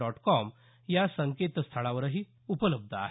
dot com या संकेतस्थळावरही उपलब्ध आहे